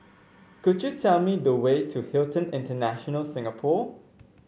could you tell me the way to Hilton International Singapore